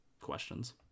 questions